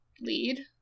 lead